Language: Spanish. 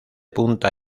punta